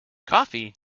coffee